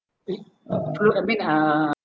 eh prove I mean uh